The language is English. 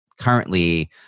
currently